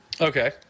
Okay